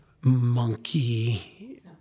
monkey